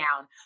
down